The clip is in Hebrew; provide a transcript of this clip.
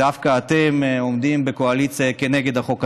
דווקא אתם עומדים בקואליציה כנגד החוק הזה,